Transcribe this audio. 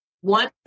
one